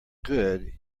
good